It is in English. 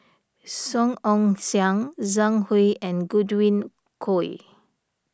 Song Ong Siang Zhang Hui and Godwin Koay